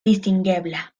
distingebla